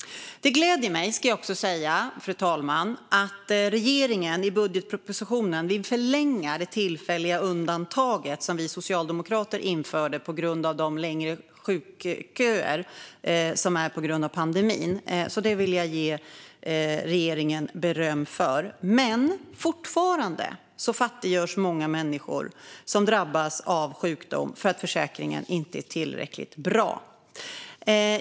Det gläder mig, fru talman, att regeringen i budgetpropositionen vill förlänga det tillfälliga undantag som vi socialdemokrater införde på grund av de längre sjukköer som pandemin orsakat. Det vill jag ge regeringen beröm för. Men fortfarande fattiggörs många människor som drabbas av sjukdom för att försäkringen inte är tillräckligt bra.